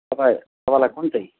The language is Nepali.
तपाईँ तपाईँलाई कुन चाहिँ